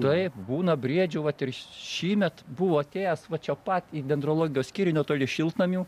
taip būna briedžių vat ir šįmet buvo atėjęs va čia pat į dendrologijos skyrių netoli šiltnamių